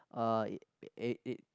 uh it it